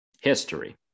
history